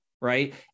right